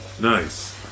Nice